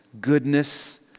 goodness